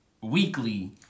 weekly